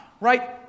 right